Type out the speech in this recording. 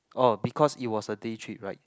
oh because it was a day trip right